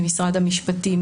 ממשרד המשפטים,